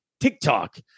TikTok